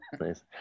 Nice